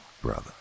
brother